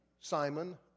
Simon